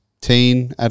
teen